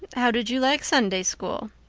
how did you like sunday school?